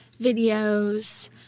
videos